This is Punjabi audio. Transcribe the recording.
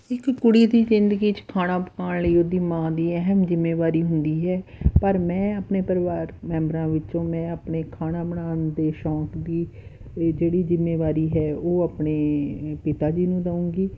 ਇੱਕ ਕੁੜੀ ਦੀ ਜ਼ਿੰਦਗੀ 'ਚ ਖਾਣਾ ਪਕਾਉਣ ਲਈ ਉਹਦੀ ਮਾਂ ਦੀ ਅਹਿਮ ਜ਼ਿੰਮੇਵਾਰੀ ਹੁੰਦੀ ਹੈ ਪਰ ਮੈਂ ਆਪਣੇ ਪਰਿਵਾਰਕ ਮੈਂਬਰਾਂ ਵਿੱਚੋਂ ਮੈਂ ਆਪਣੇ ਖਾਣਾ ਬਣਾਉਣ ਦੇ ਸ਼ੌਂਕ ਦੀ ਇਹ ਜਿਹੜੀ ਜ਼ਿੰਮੇਵਾਰੀ ਹੈ ਉਹ ਆਪਣੇ ਪਿਤਾ ਜੀ ਨੂੰ ਦਊਂਗੀ